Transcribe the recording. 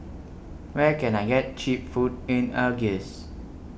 Where Can I get Cheap Food in Algiers